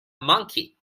monkey